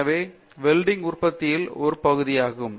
எனவே வெல்டிங் உற்பத்தியில் ஒரு பகுதியாகும்